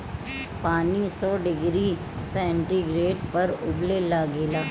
पानी सौ degree centigrade पर उबले लागेला